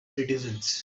citizens